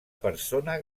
persona